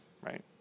right